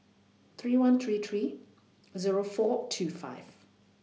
three one three three Zero four two five